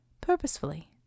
purposefully